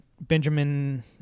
Benjamin